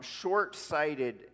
short-sighted